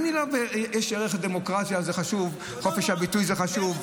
אני לא מדבר עכשיו בהשוואה לדברים אחרים שסוגרים וגורמים להפרעות,